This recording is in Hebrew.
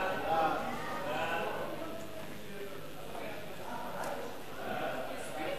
ההצעה